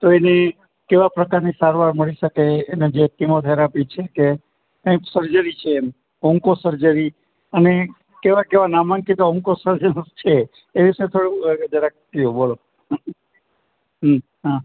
તો એને કેવા પ્રકારની સારવાર મળી શકે એને જે કીમોથેરાપી છે કે કંઈક સર્જરી છે એમ ઓન્કો સર્જરી અને કેવા કેવા નામાંકિત અમુક સર્જનો છે એ વિશે થોડું જરાક કયો બોલો હ હા